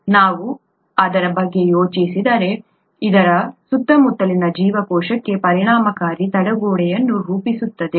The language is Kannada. ನಾವು ಅದರ ಬಗ್ಗೆ ಯೋಚಿಸಿದರೆ ಇದು ಅದರ ಸುತ್ತಮುತ್ತಲಿನ ಜೀವಕೋಶಕ್ಕೆ ಪರಿಣಾಮಕಾರಿ ತಡೆಗೋಡೆಯನ್ನು ರೂಪಿಸುತ್ತದೆ